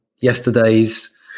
yesterday's